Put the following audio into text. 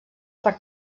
per